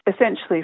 essentially